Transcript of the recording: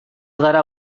gara